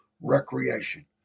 recreation